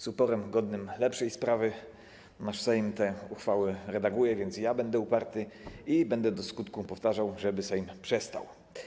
Z uporem godnym lepszej sprawy Sejm te uchwały redaguje, więc i ja będę uparty, i będę do skutku powtarzał, żeby Sejm przestał.